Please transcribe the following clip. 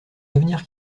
avenir